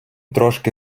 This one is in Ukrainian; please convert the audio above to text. трошки